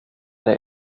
der